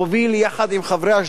יחד עם חברי השדולה,